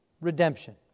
redemption